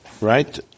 right